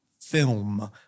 film